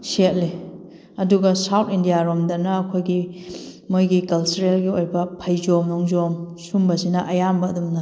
ꯁꯦꯠꯂꯦ ꯑꯗꯨꯒ south India ꯔꯣꯝꯗꯅ ꯑꯩꯈꯣꯏꯒꯤ ꯃꯣꯏꯒꯤ ꯀꯜꯆꯔꯦꯜꯒꯤ ꯑꯣꯏꯕ ꯐꯩꯖꯣꯝ ꯅꯨꯡꯖꯣꯝ ꯁꯨꯝꯕꯁꯤꯅ ꯑꯌꯥꯝꯕ ꯑꯗꯨꯝꯅ